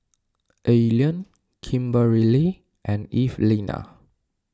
Allean Kimberely and Evelina